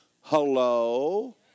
Hello